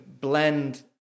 blend